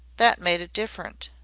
that made it different.